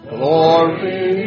Glory